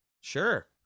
sure